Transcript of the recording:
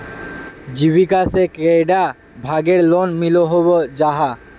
जीविका से कैडा भागेर लोन मिलोहो जाहा?